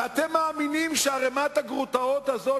ואתם מאמינים שערימת הגרוטאות הזאת